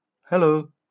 Hello